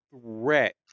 threat